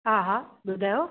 हा हा ॿुधायो